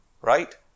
right